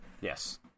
Yes